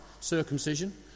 circumcision